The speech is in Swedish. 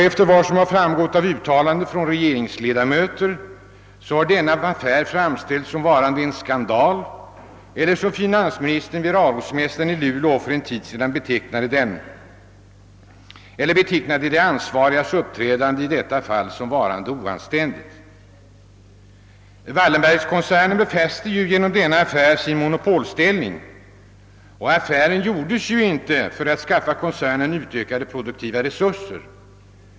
Efter vad som framgått av uttalanden från regeringsledamöter är Hägglundsaffären en skandal. Vid arbetarmässan i Luleå för en tid sedan betecknade också finansministern de ansvarigas uppträdande i detta fall som oanständigt. Wallenbergkoncernen befäster genom denna affär sin monopolställning. Af fären gjordes inte för att skaffa koncernen ökade produktiva resurser.